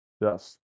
Yes